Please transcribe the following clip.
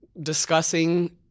discussing